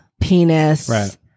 penis